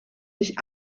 nicht